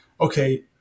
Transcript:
okay